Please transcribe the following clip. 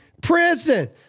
prison